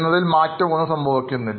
O മാറ്റം ഒന്നും തന്നെ ഇല്ല